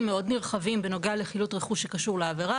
נרחבים מאוד בנוגע לחילוט רכוש שקשור לעבירה,